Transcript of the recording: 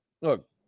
Look